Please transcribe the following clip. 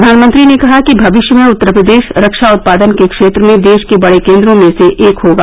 प्रधानमंत्री ने कहा कि भविष्य में उत्तर प्रदेश रक्षा उत्पादन के क्षेत्र में देश के बड़े केंद्रों में से एक होगा